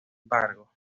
embargo